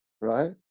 right